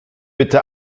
bitte